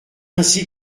ainsi